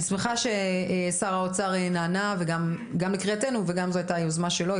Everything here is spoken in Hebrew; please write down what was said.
אני שמחה ששר האוצר נענה גם לקריאתנו וגם זאת הייתה יוזמה שלו,